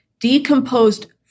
decomposed